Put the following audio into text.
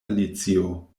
alicio